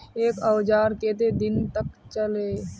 एक औजार केते दिन तक चलते?